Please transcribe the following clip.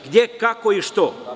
Gde, kako i što?